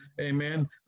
amen